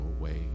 away